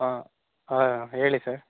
ಹಾಂ ಹಾಂ ಹೇಳಿ ಸರ್